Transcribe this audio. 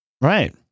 Right